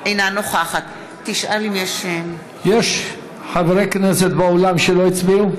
אינה נוכחת יש חברי כנסת באולם שלא הצביעו?